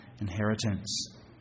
inheritance